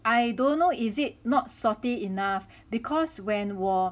I don't know is it not salty enough because when when 我